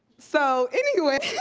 so anyways